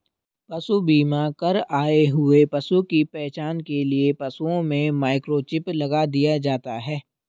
पशु बीमा कर आए हुए पशु की पहचान के लिए पशुओं में माइक्रोचिप लगा दिया जाता है